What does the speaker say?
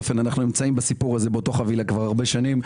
אנו בסיפור הזה באותה חבילה הרבה שנים.